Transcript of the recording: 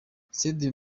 sadio